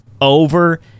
over